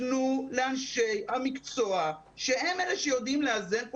תנו לאנשי המקצוע שהם אלה שיודעים לאזן כאן